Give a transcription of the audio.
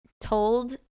told